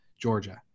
Georgia